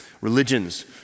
religions